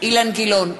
אילן גילאון,